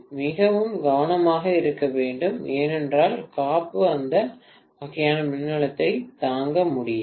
மிகவும் கவனமாக இருக்க வேண்டும் ஏனென்றால் காப்பு அந்த வகையான மின்னழுத்தத்தை தாங்க முடியாது